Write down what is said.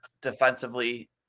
defensively